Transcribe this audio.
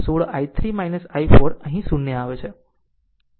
આમ 16 I3 i4 અહીં 0 આવે છે